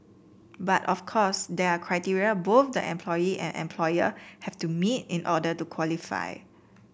but of course there are criteria both the employee and employer have to meet in order to qualify